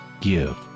give